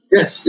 Yes